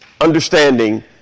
understanding